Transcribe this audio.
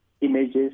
images